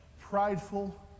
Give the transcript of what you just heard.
prideful